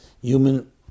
Human